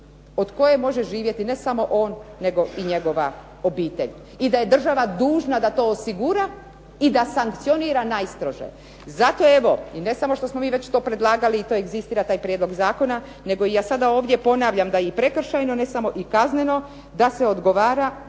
od koje može živjeti ne samo on nego i njegova obitelj i da je država dužna da to osigura i da sankcionira najstrože. Zato evo i ne samo što smo mi već to predlagali i to egzistira taj prijedlog zakona, nego ja sada ovdje ponavljam da je i prekršajno ne samo i kazneno da se odgovara upravo